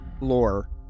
lore